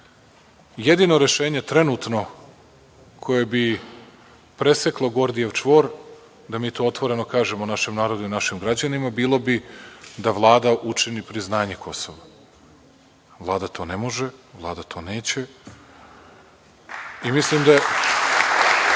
jedino rešenje, trenutno koje bi preseklo Gordijev čvor je da mi to otvoreno kažemo našem narodu i našim građanima bi bilo da Vlada učini priznanje Kosova. Vlada to ne može, Vlada to neće i mislim da